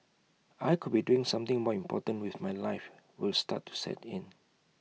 I could be doing something more important with my life will start to set in